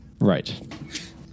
Right